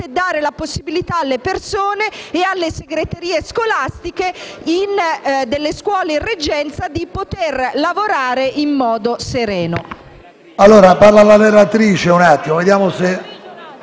dare la possibilità alle persone e alle segreterie scolastiche delle scuole in reggenza di poter lavorare in modo sereno.